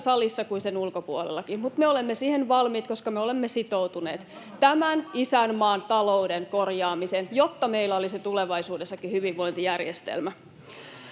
salissa kuin sen ulkopuolellakin, mutta me olemme siihen valmiit, koska me olemme sitoutuneet tämän isänmaan talouden korjaamiseen, jotta meillä olisi tulevaisuudessakin hyvinvointijärjestelmä.